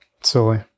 Silly